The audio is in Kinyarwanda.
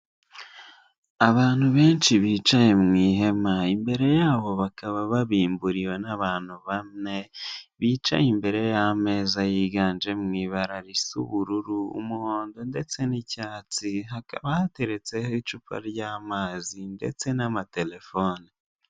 Abantu benshi bicaye mu ihema, imbere yabo bakaba babimburiwe n'abantu bane bicaye imbere y'ameza yiganjemo ibara risa ubururu, umuhondo ndetse n'icyatsi hakaba hateretseho icupa ry'amazi ndetse n'amaterefone.